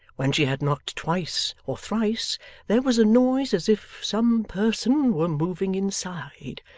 when she had knocked twice or thrice there was a noise as if some person were moving inside,